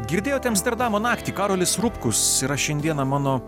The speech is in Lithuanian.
girdėjote amsterdamo naktį karolis rupkus yra šiandieną mano